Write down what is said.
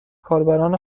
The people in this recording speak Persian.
کاربران